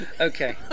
Okay